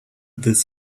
this